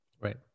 Right